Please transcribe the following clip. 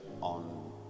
on